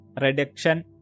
reduction